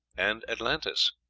and atlantis.